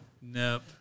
Nope